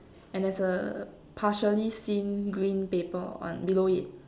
and there's a partially seen green paper on below it